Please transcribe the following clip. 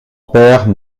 père